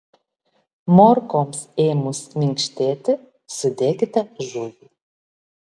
morkoms ėmus minkštėti sudėkite žuvį